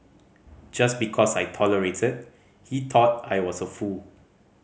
just because I tolerated he thought I was a fool